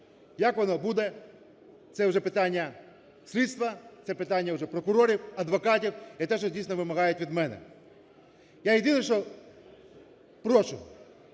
Як воно буде – це вже питання слідства, це питання вже прокурорів, адвокатів і те, що дійсно вимагають від мене. Я єдине, що прошу,